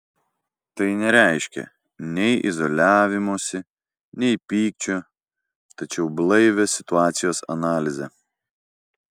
tai nereiškia nei izoliavimosi nei pykčio tačiau blaivią situacijos analizę